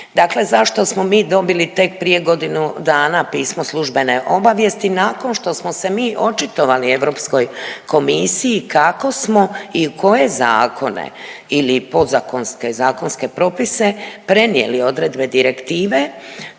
Dakle zašto smo mi dobili tek prije godinu dana pismo službene obavijesti, nakon što smo se mi očitovali Europskoj komisiji kako smo i koje zakone ili podzakonske i zakonske propise prenijeli odredbe direktive,